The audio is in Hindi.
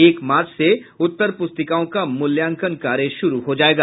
एक मार्च से उत्तरपुस्तिकाओं का मूल्यांकन कार्य शुरू हो जायेगा